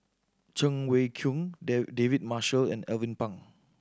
Cheng Wei Keung David Marshall and Alvin Pang